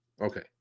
Okay